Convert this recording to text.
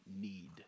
need